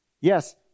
Yes